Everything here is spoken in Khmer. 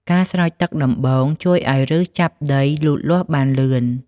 ការស្រោចទឹកដំបូងជួយឲ្យឫសចាប់ដីលូតលាស់បានលឿន។